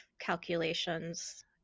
calculations